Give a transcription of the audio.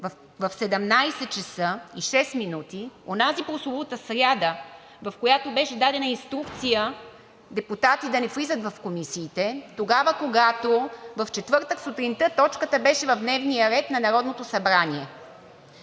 в 17,06 ч., онази прословута сряда, в която беше дадена инструкция депутати да не влизат в комисиите. Тогава, когато в четвъртък сутринта точката беше в дневния ред на Народното събрание.